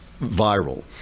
viral